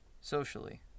socially